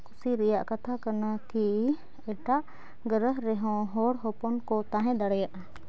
ᱠᱩᱥᱤ ᱨᱮᱭᱟᱜ ᱠᱟᱛᱷᱟ ᱠᱟᱱᱟ ᱠᱤ ᱮᱴᱟᱜ ᱜᱨᱚᱦᱚ ᱨᱮᱦᱚᱸ ᱦᱚᱲ ᱦᱚᱯᱚᱱ ᱠᱚ ᱛᱟᱦᱮᱸ ᱫᱟᱲᱮᱭᱟᱜᱼᱟ